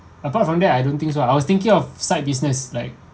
apart from that I don't think so I was thinking of side business like